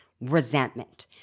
resentment